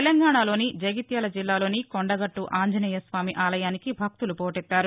తెలంగాణాలోని జగిత్యాల జిల్లాలోని కొండగట్లు ఆంజనేయస్వామి ఆలయానికి భక్తులు పోటెత్తారు